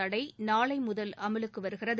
தடை நாளை முதல் அமலுக்கு வருகிறது